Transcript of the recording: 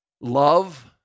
love